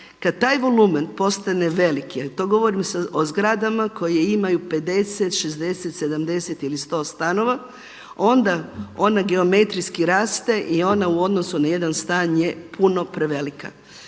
Kad taj volumen postane veliki, to govorim o zgradama koje imaju 50, 60, 70 ili 100 stanova, onda ona geometrijski raste i ona u odnosu na jedan stan je puno prevelika.